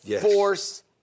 force